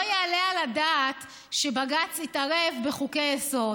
לא יעלה על הדעת שבג"ץ יתערב בחוקי-יסוד,